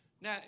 Now